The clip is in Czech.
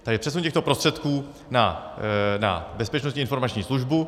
Takže přesun těchto prostředků na Bezpečnostní informační službu.